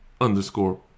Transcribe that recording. underscore